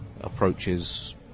approaches